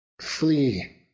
Flee